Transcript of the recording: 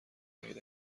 دهید